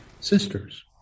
sisters